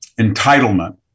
entitlement